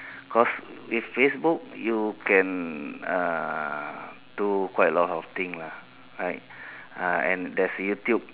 cause with Facebook you can uh do quite a lot of thing lah right and there's YouTube